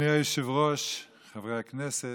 חברי הכנסת,